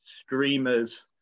streamers